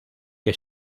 que